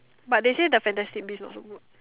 but they say the fantastic beasts not so good